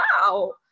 wow